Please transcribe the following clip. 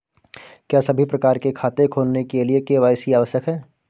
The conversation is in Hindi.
क्या सभी प्रकार के खाते खोलने के लिए के.वाई.सी आवश्यक है?